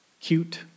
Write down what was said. cute